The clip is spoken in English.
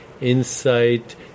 insight